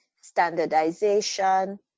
standardization